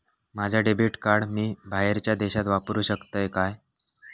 माझा debit card मी बाहेरच्या देशात वापरू शकतय काय?